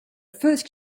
first